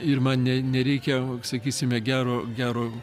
ir man ne nereikia sakysime gero gero